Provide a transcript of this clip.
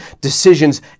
decisions